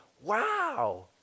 wow